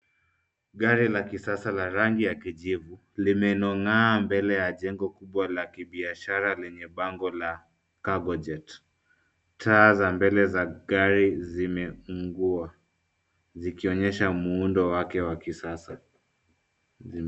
Gari la kisasa la rangi ya kijivu limenong'aa mbele ya jengo kubwa la kibiashara lenye bango la cargojet . Taa za mbele za gari zimefungua zikionyesha muundo wake wa kisasa.